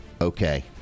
okay